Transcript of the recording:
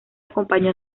acompañó